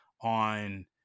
on